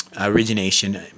origination